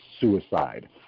suicide